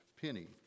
penny